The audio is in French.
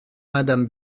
madame